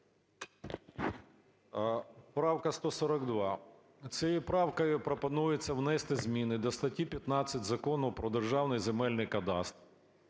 Правка 142. Цією правкою пропонується внести зміни до статті 15 Закону "Про Державний земельний кадастр",